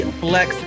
flex